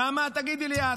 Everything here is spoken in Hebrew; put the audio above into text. נעמה, תגידי לי את,